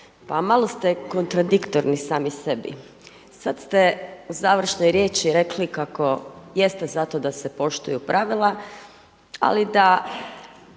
pa malo ste kontradiktorni sami sebi. Sada ste u završnoj riječi rekli kako jeste za to da se poštuju pravila, ali niste